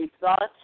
thoughts